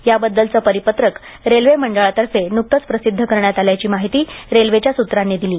याबद्दलच परिपत्रक रेल्वे मंडळातर्फे नुकतंच प्रसिद्ध करण्यातआल्याची माहिती रेल्वेच्या सूत्रांनी दिली